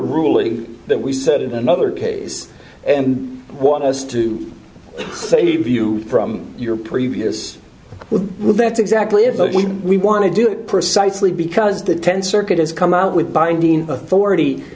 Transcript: ruling that we said in another case and want us to save you from your previous we will that's exactly if we want to do it precisely because the tenth circuit has come up with binding authority